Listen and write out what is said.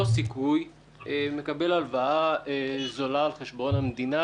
סיכוי מקבל הלוואה זולה על חשבון המדינה,